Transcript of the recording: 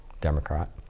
Democrat